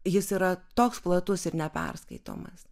jis yra toks platus ir neperskaitomas